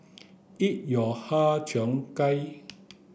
eat your Har Cheong Gai